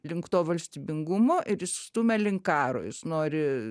link to valstybingumo ir jis stumia link karo jis nori